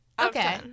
Okay